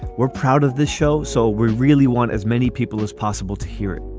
we're proud of the show, so we really want as many people as possible to hear it.